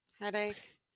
headache